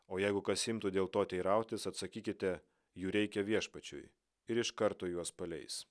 o jeigu kas imtų dėl to teirautis atsakykite jų reikia viešpačiui ir iš karto juos paleis